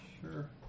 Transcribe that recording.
Sure